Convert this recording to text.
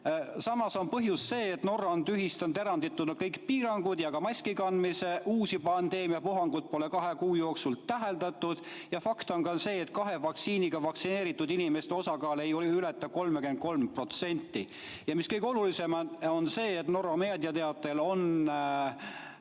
Samas on Norra on tühistanud eranditult kõik piirangud ja ka maskikandmise, uusi pandeemiapuhanguid pole kahe kuu jooksul täheldatud ning fakt on ka see, et kahe vaktsiinidoosiga vaktsineeritud inimeste osakaal ei ületa 33%. Ja mis kõige olulisem, on see, et Norra meedia teatel on